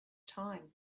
time